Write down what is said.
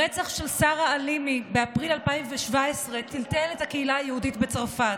הרצח של שרה חלימי באפריל 2017 טלטל את הקהילה היהודית בצרפת.